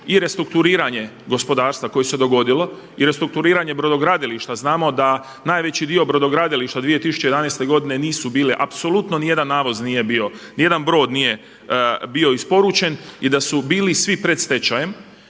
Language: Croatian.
i restrukturiranje gospodarstva koje se dogodilo i restrukturiranje brodogradilišta. Znamo da najveći dio brodogradilišta 2011. godine nisu bile apsolutno ni jedan navoz nije bio, ni jedan brod nije bio isporučen i da su bili svi pred stečajem